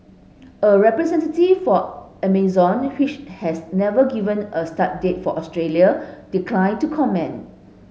a representative for Amazon which has never given a start date for Australia declined to comment